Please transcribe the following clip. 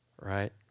right